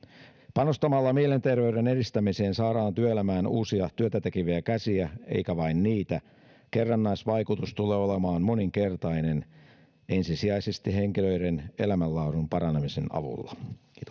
panostamalla mielenterveyden edistämiseen saadaan työelämään uusia työtä tekeviä käsiä eikä vain niitä kerrannaisvaikutus tulee olemaan moninkertainen ensisijaisesti henkilöiden elämänlaadun paranemisen avulla